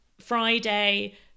Friday